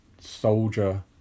Soldier